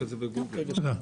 תודה.